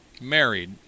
married